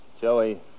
Joey